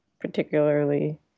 particularly